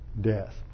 death